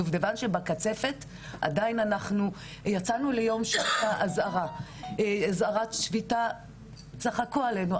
הדובדבן שבקצפת הוא שעדיין אנחנו יצאנו ליום אזהרת שביתה וצחקו עלינו.